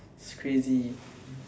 it's crazy